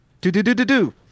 Do-do-do-do-do